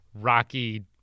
rocky